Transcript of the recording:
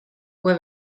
uue